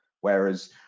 Whereas